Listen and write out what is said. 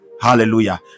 Hallelujah